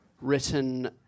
written